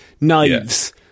knives